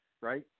right